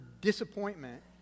disappointment